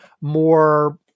more